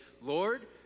Lord